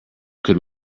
could